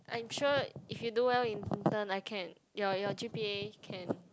I'm sure if you do well in intern I can your your G_P_A can